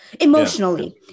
emotionally